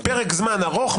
פרק זמן ארוך,